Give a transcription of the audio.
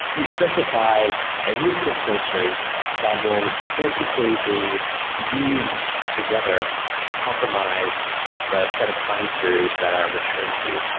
you specify a list of filters that will basically be unions together to compromise the set of time series that are returned to you.